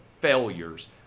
failures